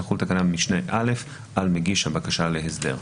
תחל תקנת משנה (א) על מגיש הבקשה להסדר".